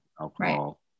alcohol